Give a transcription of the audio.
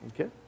Okay